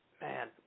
Man